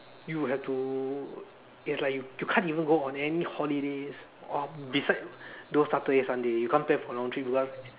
you have to is like you you can't even go on any holidays or besides those Saturday Sunday you can't plan for long trip because